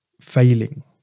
failing